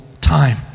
time